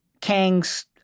Kang's